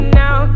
now